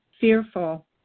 fearful